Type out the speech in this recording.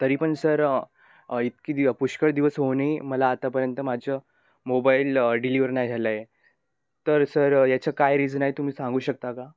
तरी पण सर इतकी दि पुष्कळ दिवस होऊनही मला आतापर्यंत माझं मोबाईल डिलिव्हर नाही झालं आहे तर सर याचं काय रिझन आहे तुम्ही सांगू शकता का